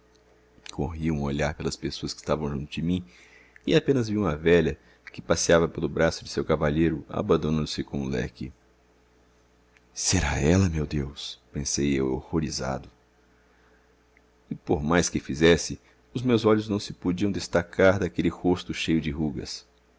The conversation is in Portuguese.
corri um olhar pelas pessoas que estavam junto de mim e apenas vi uma velha que passeava pelo braço de seu cavalheiro abanando se com um leque será ela meu deus pensei horrorizado e por mais que fizesse os meus olhos não se podiam destacar daquele rosto cheio de rugas